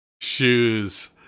shoes